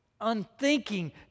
unthinking